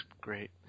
great